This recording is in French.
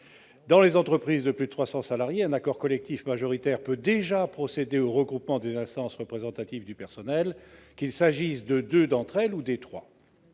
Dans les entreprises de plus de 300 salariés, un accord collectif majoritaire peut déjà procéder au regroupement des instances représentatives du personnel, qu'il s'agisse de deux d'entre elles ou des trois.